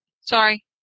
Sorry